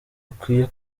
akwiye